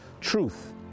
truth